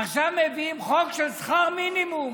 עכשיו מביאים חוק של שכר מינימום,